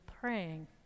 praying